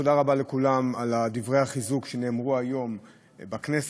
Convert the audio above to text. תודה רבה לכולם על דברי החיזוק שנאמרו היום בכנסת,